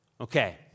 Okay